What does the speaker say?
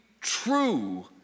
true